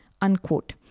unquote